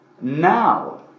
now